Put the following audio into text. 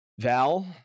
Val